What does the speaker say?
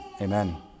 Amen